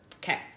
Okay